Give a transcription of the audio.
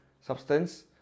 Substance